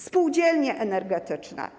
Spółdzielnie energetyczne.